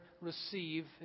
receive